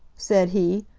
said he,